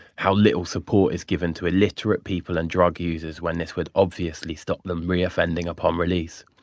how little support is given to illiterate people and drug users when this would obviously stop them re-offending upon release.